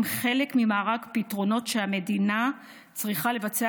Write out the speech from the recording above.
חלק ממארג פתרונות שהמדינה צריכה לבצע,